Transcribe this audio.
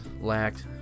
Lacked